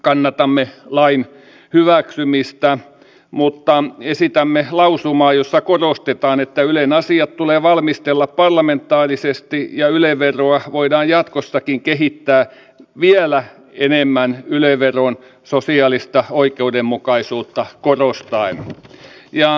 kannatamme lain hyväksymistä mutta esitämme lausumaa jossa korostetaan että ylen asiat tulee valmistella parlamentaarisesti ja yle veroa voidaan jatkossakin kehittää vielä enemmän yle veron sosiaalista oikeudenmukaisuutta korostaen